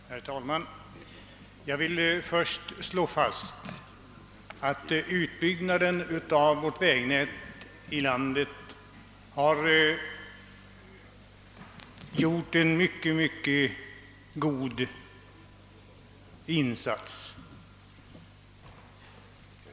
Herr talman! Jag vill först slå fast att utbyggnaden av vårt vägnät har fått en mycket god början.